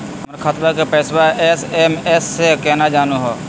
हमर खतवा के पैसवा एस.एम.एस स केना जानहु हो?